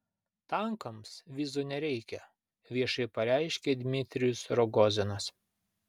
tankams vizų nereikia viešai pareiškia dmitrijus rogozinas